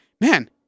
Man